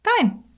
fine